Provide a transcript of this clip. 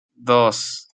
dos